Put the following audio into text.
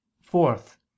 fourth